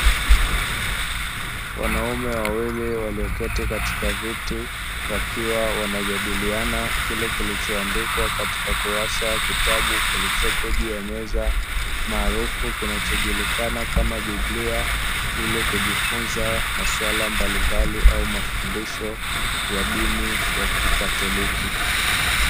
Wanaume wawili walioketi katika viti wakiwa wanajadiliana kile kilichoandikwa katika kurasa ya kitabu kilichopo juu ya meza maarufu kinachojulikana kama biblia ili kujifunza masuala mbalimbali au mafundisho ya dini ya kikatoliki.